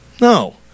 No